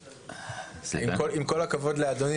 עם כל הכבוד לאדוני,